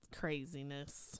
craziness